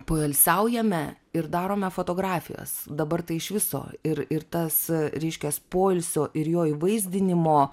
poilsiaujame ir darome fotografijas dabar tai iš viso ir ir tas reiškias poilsio ir jo įvaizdinimo